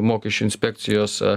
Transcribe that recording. mokesčių inspekcijos